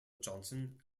johnson